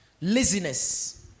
laziness